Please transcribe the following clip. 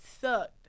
sucked